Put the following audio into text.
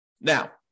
Now